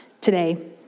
today